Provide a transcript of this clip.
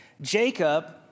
Jacob